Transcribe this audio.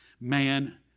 man